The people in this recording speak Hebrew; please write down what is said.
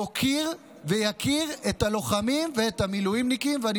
יוקיר את הלוחמים ואת המילואימניקים ויכיר בהם,